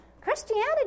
Christianity